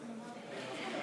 איתן.